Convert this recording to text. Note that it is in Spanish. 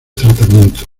tratamiento